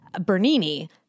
Bernini